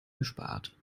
gespart